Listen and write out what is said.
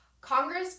Congress